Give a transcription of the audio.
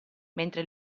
mentre